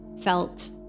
felt